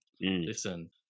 listen